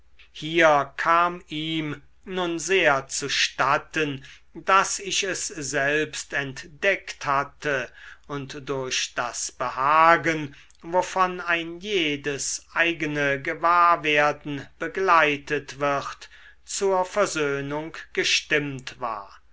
hier kam ihm nun sehr zustatten daß ich es selbst entdeckt hatte und durch das behagen wovon ein jedes eigene gewahrwerden begleitet wird zur versöhnung gestimmt war